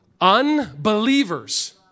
unbelievers